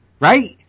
Right